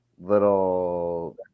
little